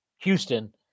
Houston